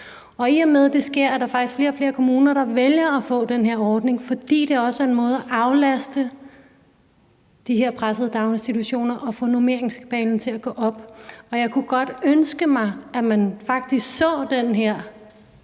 I og med at det sker, er der faktisk flere og flere kommuner, der vælger at få den her ordning, fordi det også er en måde at aflaste de her pressede daginstitutioner på og få normeringskabalen til at gå op. Og jeg kunne godt ønske mig, at man faktisk så den her